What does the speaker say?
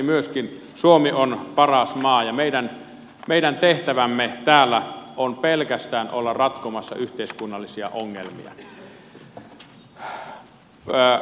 myöskin mielestäni suomi on paras maa ja meidän tehtävämme täällä on pelkästään olla ratkomassa yhteiskunnallisia ongelmia